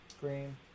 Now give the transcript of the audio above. Green